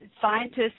scientists